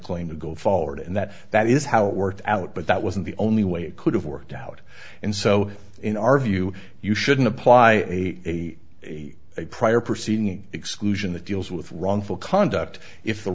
claim to go forward and that that is how it worked out but that wasn't the only way it could have worked out and so in our view you shouldn't apply a a prior proceeding exclusion that deals with wrongful conduct if the